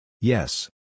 Yes